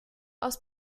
aus